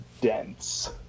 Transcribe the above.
dense